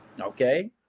Okay